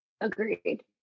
agreed